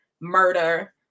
murder